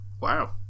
Wow